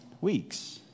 weeks